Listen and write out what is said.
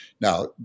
now